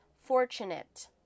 fortunate